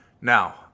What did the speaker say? Now